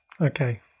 Okay